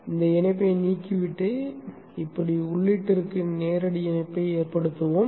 அந்த இணைப்பை நீக்கிவிட்டு இப்படி உள்ளீட்டிற்கு நேரடி இணைப்பை ஏற்படுத்துவோம்